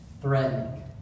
threatening